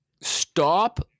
Stop